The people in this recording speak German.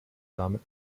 damit